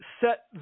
set